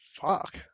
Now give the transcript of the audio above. Fuck